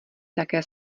také